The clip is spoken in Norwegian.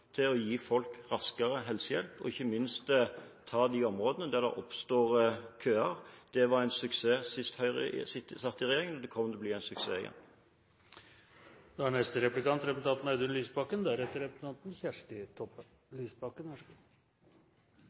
til å gi folk raskere helsehjelp og ikke minst ta de områdene der det oppstår køer. Det var en suksess sist Høyre satt i regjering, og det kommer til å bli en suksess igjen. Vi merker oss jo at i den enigheten som er